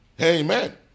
Amen